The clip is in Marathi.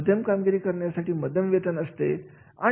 मध्यम कामगिरी करण्यासाठी मध्यम वेतन असते